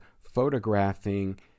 photographing